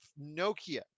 nokia